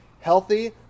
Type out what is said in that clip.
healthy